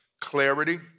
clarity